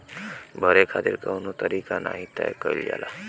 भरे खातिर कउनो तारीख नाही तय कईल जाला